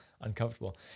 uncomfortable